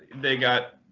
they got